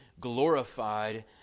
glorified